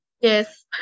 yes